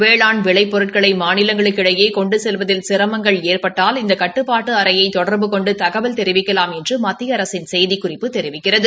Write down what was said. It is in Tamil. வேளாண் விளைபொருட்களை மாநிலங்களுக்கு இடையே கொண்டு செல்வதில் சிரமங்கள் ஏற்பட்டால் இந்த கட்டுப்பாட்டு அறையை தொடர்பு கொண்டு தகவல் தெரிவிக்கலாம் என்று மத்திய அரசின் செய்திக்குறிப்பு தெரிவிக்கிறது